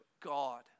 God